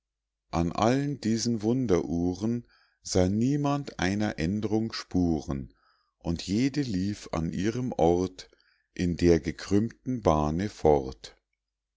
an allen diesen wunderuhren sah niemand einer aend'rung spuren und jede lief an ihrem ort in der gekrümmten bahne fort